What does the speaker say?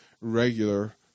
regular